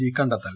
G കണ്ടെത്തൽ